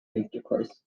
intercourse